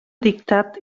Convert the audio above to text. dictat